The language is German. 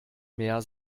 mehr